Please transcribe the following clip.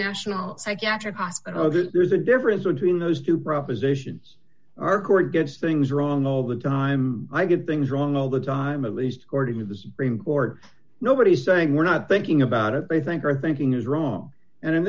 hospital there's a difference between those two proper zation our court gets things wrong all the time i get things wrong all the time at least according to the supreme court nobody saying we're not thinking about it they think our thinking is wrong and in